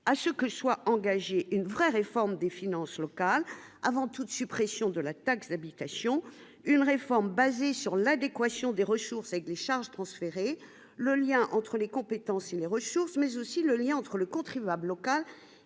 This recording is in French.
à ce que soit engagée une vraie réforme des finances locales avant toute suppression de la taxe d'habitation, une réforme basée sur l'adéquation des ressources avec des charges transférées le lien entre les compétences et les ressources mais aussi le lien entre le contribuable local